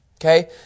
okay